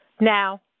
now